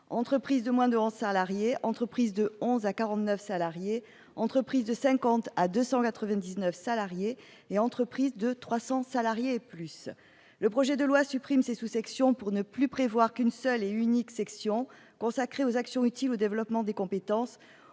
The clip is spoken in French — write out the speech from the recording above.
entreprises de moins de 11 salariés, entreprises de 11 à 49 salariés, entreprises de 50 à 299 salariés et entreprises de 300 salariés et plus. Le projet de loi supprime ces sous-sections au profit d'une seule et unique section consacrée aux actions utiles au développement des compétences